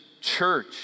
church